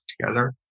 together